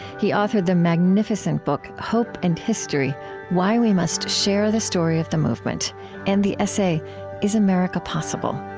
he authored the magnificent book hope and history why we must share the story of the movement and the essay is america possible?